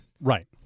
Right